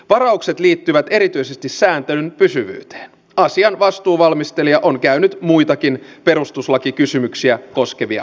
varaukset liittyivät erityisesti sääntelyn pysyvyyteen olen vastannut kaikille ja vastaan nyt tässäkin